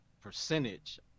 percentage